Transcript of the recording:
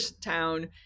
town